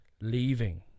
leaving